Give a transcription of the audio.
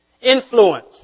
influence